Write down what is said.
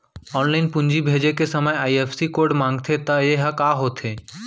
Online पूंजी भेजे के समय आई.एफ.एस.सी कोड माँगथे त ये ह का होथे?